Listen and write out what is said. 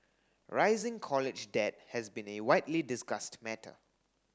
rising college debt has been a widely discussed matter